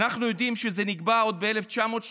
אנחנו יודעים שזה נקבע עוד ב-1935,